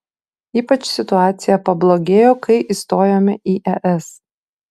ypač situacija pablogėjo kai įstojome į es